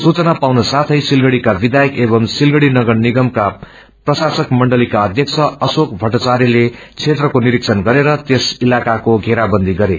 सुचना पाउनसाथै सिलगड़ीका विधायक एवम् सिलगड़ी नगरनिगमका प्रशासक मण्डलीका अध्यक्ष अशोक भहार्चायले क्षेत्रको निरीक्षण गरेर तयस इलाकाको वेाा बन्दी गरे